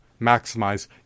maximize